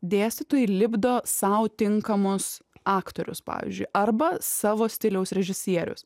dėstytojai lipdo sau tinkamus aktorius pavyzdžiui arba savo stiliaus režisierius